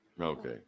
Okay